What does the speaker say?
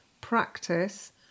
practice